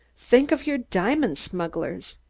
think of your diamond smugglers!